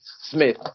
Smith